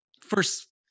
first